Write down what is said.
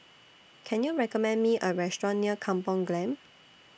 Can YOU recommend Me A Restaurant near Kampung Glam